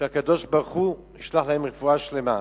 שהקדוש-ברוך-הוא ישלח להם רפואה שלמה.